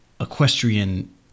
equestrian